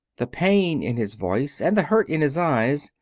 the pain in his voice, and the hurt in his eyes,